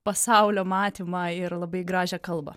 pasaulio matymą ir labai gražią kalbą